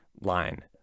line